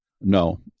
No